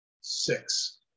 six